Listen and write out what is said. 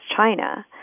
China